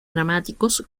dramáticos